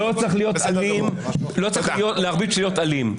לא צריך להרביץ כדי להיות אלים.